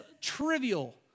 trivial